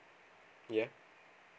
ya